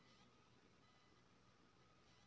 महीना बाय दिय सर?